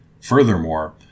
Furthermore